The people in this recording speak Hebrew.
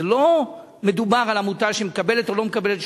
ולא מדובר בעמותה שמקבלת או לא מקבלת,